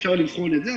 אפשר לבחון את זה.